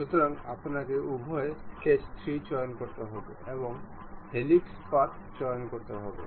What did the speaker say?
সুতরাং আপনাকে উভয় স্কেচ 3 চয়ন করতে হবে এবং হেলিক্স পাথ চয়ন করতে হবে